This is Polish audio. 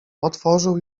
otworzył